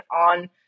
on